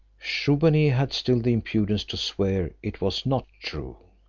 shubbaunee had still the impudence to swear it was not true.